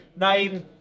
name